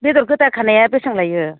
बेदर गोदा खानाया बेसां लायो